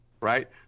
right